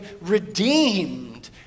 redeemed